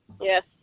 Yes